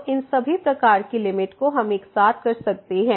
तो इन सभी प्रकार की लिमिट को हम एक साथ कर सकते हैं